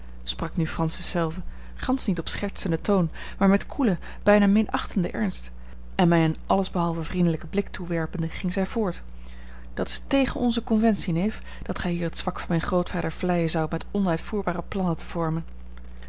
sprak nu francis zelve gansch niet op schertsenden toon maar met koelen bijna minachtenden ernst en mij een allesbehalve vriendelijken blik toewerpende ging zij voort dat is tegen onze conventie neef dat gij hier het zwak van mijn grootvader vleien zoudt met onuitvoerbare plannen te vormen